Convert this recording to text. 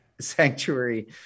sanctuary